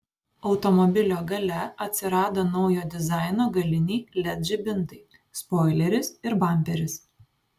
automobilio gale atsirado naujo dizaino galiniai led žibintai spoileris ir bamperis